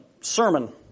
sermon